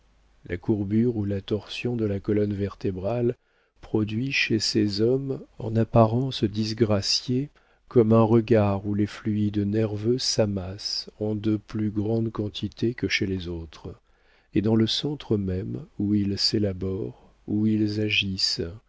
la courbure ou la torsion de la colonne vertébrale produit chez ces hommes en apparence disgraciés comme un regard où les fluides nerveux s'amassent en de plus grandes quantités que chez les autres et dans le centre même où ils s'élaborent où ils agissent